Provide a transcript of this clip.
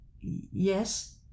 yes